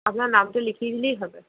আপনার নামটা লিখিয়ে দিলেই হবে